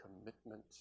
commitment